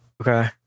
Okay